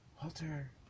Walter